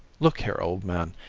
look here, old man,